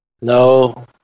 No